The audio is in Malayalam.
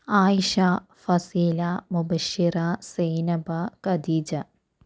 ആയിഷ ഫസീല മുബഷിറ സൈനബ ഖദീജ